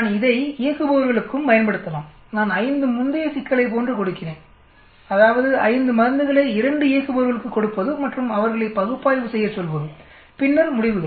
நான் இதை இயக்குபவர்களுக்கும் பயன்படுத்தலாம் நான் 5 முந்தைய சிக்கலை போன்று கொடுக்கிறேன் அதாவது 5 மருந்துகளை 2 இயக்குபவர்களுக்கு கொடுப்பது மற்றும் அவர்களை பகுப்பாய்வு செய்யச் சொல்வது பின்னர் முடிவுகள்